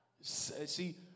See